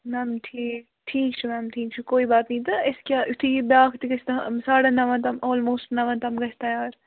میم ٹھیٖک ٹھیٖک چھُ میم ٹھیٖک چھُ کوئی بات نہیٖں تہٕ أسۍ کیٛاہ یُتھُے یہِ بیٛاکھ تہِ گژھِ نا ساڑَن نَوَن تام آلموسٹ نَوَن تام گژھِ تَیار